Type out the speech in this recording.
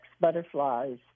butterflies